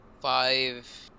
Five